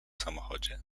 samochodzie